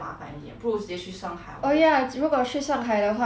oh ya 如果去上海的话你也不用做 visa 我